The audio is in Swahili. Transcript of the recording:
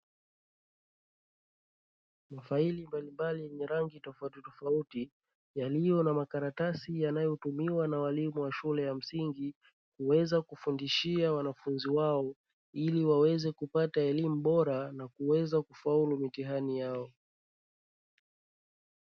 Mafaili mbalimbali ya rangi tofautitofauti yaliyo na makaratasi yanayotumiwa na walimu wa shule ya msingi, kuweza kufundishia wanafunzi wao ili waweze kupata elimu bora, na kuweza kufaulu mitihani yao.